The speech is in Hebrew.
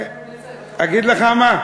אגיד לך מה?